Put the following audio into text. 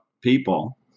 people